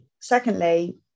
Secondly